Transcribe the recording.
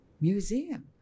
museum